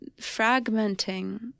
fragmenting